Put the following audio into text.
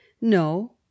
No